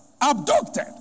abducted